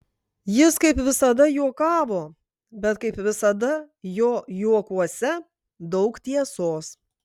jis kaip visada juokavo bet kaip visada jo juokuose daug tiesos